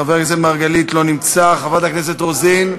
חבר הכנסת מרגלית, לא נמצא, חברת הכנסת רוזין,